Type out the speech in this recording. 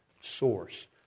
source